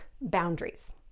boundaries